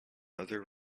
other